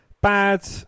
Bad